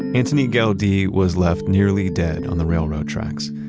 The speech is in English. antoni gaudi was left nearly dead on the railroad tracks.